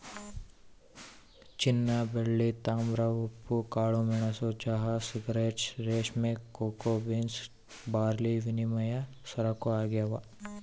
ಚಿನ್ನಬೆಳ್ಳಿ ತಾಮ್ರ ಉಪ್ಪು ಕಾಳುಮೆಣಸು ಚಹಾ ಸಿಗರೇಟ್ ರೇಷ್ಮೆ ಕೋಕೋ ಬೀನ್ಸ್ ಬಾರ್ಲಿವಿನಿಮಯ ಸರಕು ಆಗ್ಯಾವ